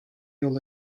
yol